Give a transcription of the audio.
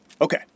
Okay